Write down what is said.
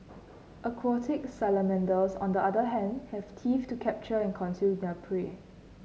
aquatic salamanders on the other hand have teeth to capture and consume their prey